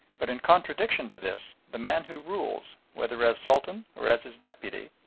but in contradiction to this, the man who rules, whether as sultan or as his deputy,